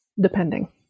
depending